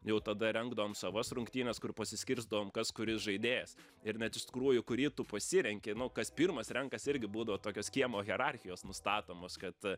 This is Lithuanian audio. jau tada rengdavom savas rungtynes kur pasiskirstydavom kas kuris žaidėjas ir net iš tikrųjų kurį tu pasirenki kas pirmas renkas irgi būdavo tokios kiemo hierarchijos nustatomos kad